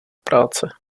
práce